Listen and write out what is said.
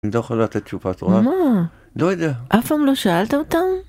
אני לא יכול לתת תשובה, את רואה? -מה?? -לא יודע. -אף פעם לא שאלת אותם?